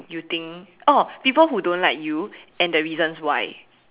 you think orh people who don't like you and the reasons why